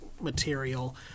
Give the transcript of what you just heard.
material